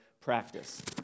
practice